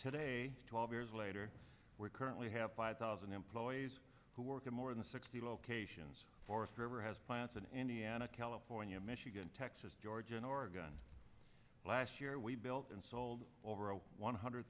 today twelve years later we're currently have five thousand employees who work in more than sixty locations forest ever has plants in indiana california michigan texas georgia in oregon last year we built and sold over one hundred